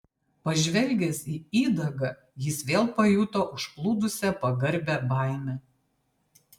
pažvelgęs į įdagą jis vėl pajuto užplūdusią pagarbią baimę